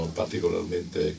particolarmente